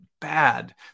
bad